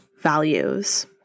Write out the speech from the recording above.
values